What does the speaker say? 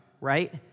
right